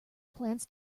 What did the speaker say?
plans